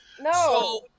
No